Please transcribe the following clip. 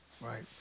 Right